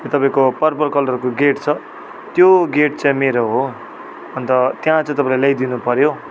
त्यो तपाईँको पर्पल कलरको गेट छ त्यो गेट चाहिँ मेरो हो अन्त त्यहाँ चाहिँ तपाईँले ल्याइदिनु पऱ्यो